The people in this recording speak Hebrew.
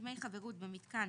דמי חברות במתקן